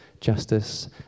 justice